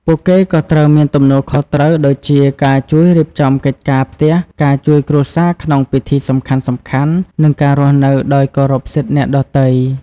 ពួកគេក៏ត្រូវមានទំនួលខុសត្រូវដូចជា ការជួយរៀបចំកិច្ចការផ្ទះ ការជួយគ្រួសារក្នុងពិធីសំខាន់ៗ និងការរស់នៅដោយគោរពសិទ្ធិអ្នកដទៃ។